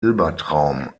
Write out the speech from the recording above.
hilbertraum